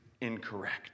incorrect